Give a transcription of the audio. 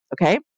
Okay